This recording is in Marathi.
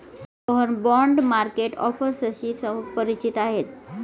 रोहन बाँड मार्केट ऑफर्सशी परिचित आहे